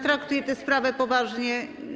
Traktuję tę sprawę poważnie.